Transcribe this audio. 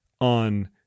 on